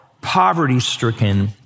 poverty-stricken